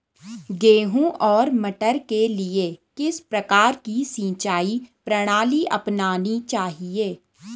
गेहूँ और मटर के लिए किस प्रकार की सिंचाई प्रणाली अपनानी चाहिये?